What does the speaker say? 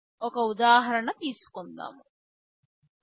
ఒక ఉదాహరణ తీసుకుందాం